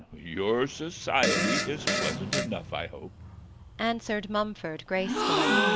your society is pleasant enough, i hope answered mumford, gracefully.